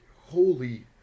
holy